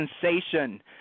sensation